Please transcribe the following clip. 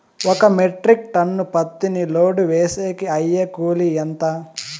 ఒక metric ton పత్తిని load వేసేకి అయ్యే కూలి ఎంత?